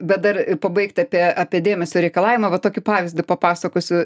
bet dar i pabaigt apie apie dėmesio reikalavimą va tokį pavyzdį papasakosiu